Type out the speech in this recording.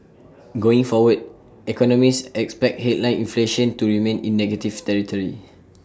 going forward economists expect headline inflation to remain in negative territory